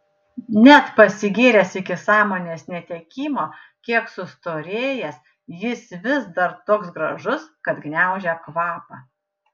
net pasigėręs iki sąmonės netekimo kiek sustorėjęs jis vis dar toks gražus kad gniaužia kvapą